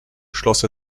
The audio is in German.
schloss